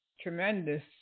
tremendous